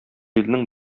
илнең